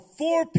four